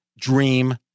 dream